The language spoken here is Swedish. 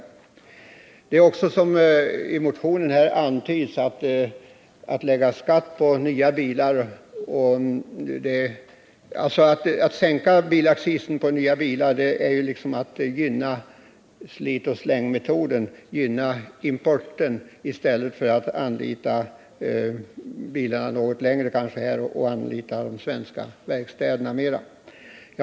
Att sänka bilaccisen på nya bilar är, som antyds i motionen, att gynna slitoch slängmetoden, att gynna importen i stället för att låta bilarna användas något längre och anlita de svenska verkstäderna mera.